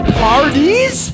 parties